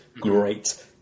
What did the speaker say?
great